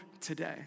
today